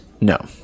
No